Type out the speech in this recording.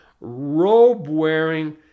robe-wearing